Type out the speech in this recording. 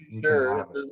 sure